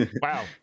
wow